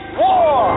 war